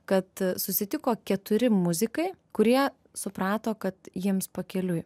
kad susitiko keturi muzikai kurie suprato kad jiems pakeliui